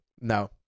No